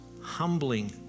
humbling